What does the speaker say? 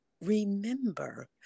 remember